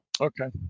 Okay